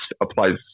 applies